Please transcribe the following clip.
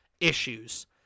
issues